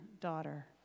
daughter